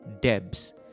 Debs